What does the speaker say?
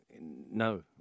no